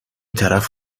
طرف